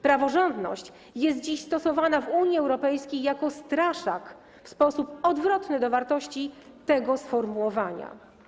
Praworządność jest dziś stosowana w Unii Europejskiej jako straszak w sposób odwrotny do wartości tego sformułowania.